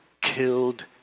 killed